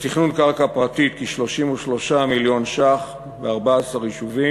לתכנון קרקע פרטית כ-33 מיליון ש"ח ב-14 יישובים,